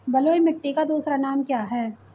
बलुई मिट्टी का दूसरा नाम क्या है?